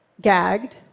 gagged